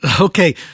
Okay